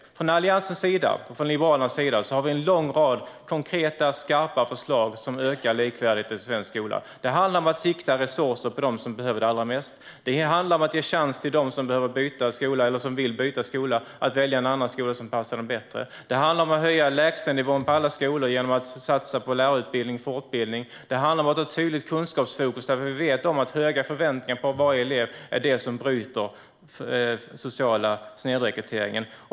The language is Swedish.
Från Alliansens och Liberalernas sida har vi en lång rad konkreta, skarpa förslag som ökar likvärdigheten i svensk skola. Det handlar om att rikta resurser till dem som behöver det allra mest, och det handlar om att ge chansen till den som behöver eller vill byta skola att välja en annan skola som passar dem bättre. Det handlar om att höja lägstanivån på alla skolor genom att satsa på lärarutbildning och fortbildning. Det handlar om att ha ett tydligt kunskapsfokus, eftersom vi vet att höga förväntningar på varje elev är det som bryter den sociala snedrekryteringen.